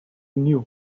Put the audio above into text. knew